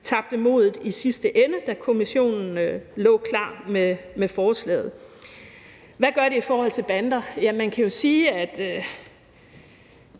tabte modet i sidste ende, da kommission lå klar med forslaget. Hvad gør det i forhold til bander? Man kan jo sige, at